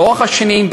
לאורך השנים,